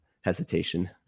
hesitation